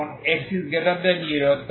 এখন x0